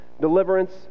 deliverance